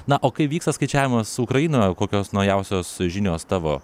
na o kai vyksta skaičiavimas ukrainoje kokios naujausios žinios tavo